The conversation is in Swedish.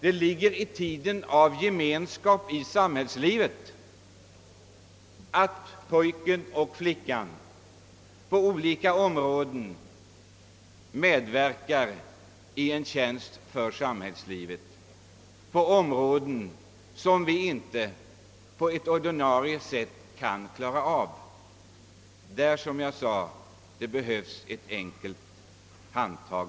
Det ligger i tiden att ungdomen vill medverka i samhällslivet på områden som vi annars inte kan klara och där det kanske bara behövs ett enkelt handtag.